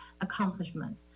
accomplishment